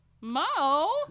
Mo